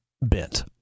bent